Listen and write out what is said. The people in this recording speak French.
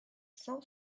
cent